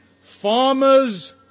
farmers